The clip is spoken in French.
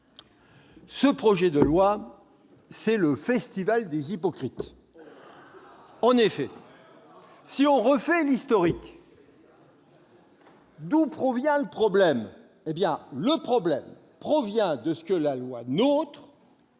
ce texte, c'est le festival des hypocrites ! En effet, si on refait l'historique, d'où provient le problème ?